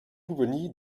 pupponi